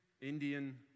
Indian